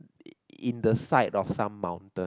in the side of some mountain